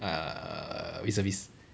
uh reservist